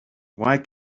why